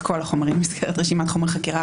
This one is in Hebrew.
כל החומרים במסגרת רשימת חומרי חקירה,